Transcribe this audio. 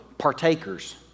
partakers